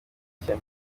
ishya